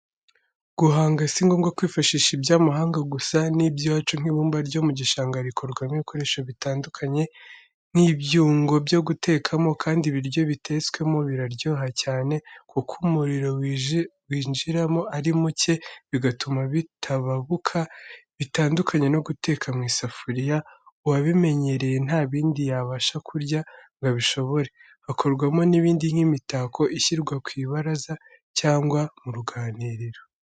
Guhanga si ngombwa kwifashisha iby'imahanga gusa n'iby'iwacu nk'ibumba ryo mu gishanga rikorwamo ibikoresho bitandukanye, nk'ibyungo byo gutekamo, kandi ibiryo bitetswemo biraryoha cyane, kuko umuriro wijiramo ari muke bigatuma bitababuka, bitandukanye no guteka mu isafuriya, uwabimenyereye nta bindi yabasha kurya ngo abishobore, hakorwamo n'ibindi nk'imitako ishyirwa ku ibaraza cyangwa mu ruganiriro.